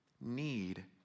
need